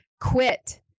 quit